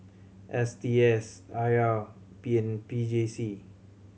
S T S I R P and P J C